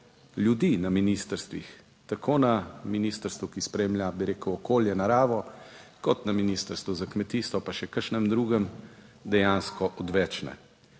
ljudi na ministrstvih, tako na ministrstvu, ki spremlja bi rekel okolje, naravo, kot na Ministrstvu za kmetijstvo pa še kakšnem drugem dejansko odvečne.